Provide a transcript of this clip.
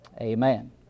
amen